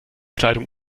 kleidung